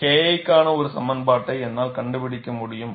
KI க்கான ஒரு சமன்பாட்டை என்னால் கண்டுபிடிக்க முடியும்